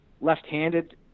left-handed